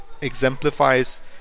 exemplifies